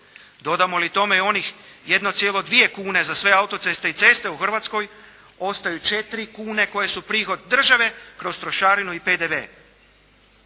Dodamo li tome i onih 1,2 kune za sve autoceste i ceste u Hrvatskoj, ostaju 4 kune koji su prihod države kroz trošarinu i PDV.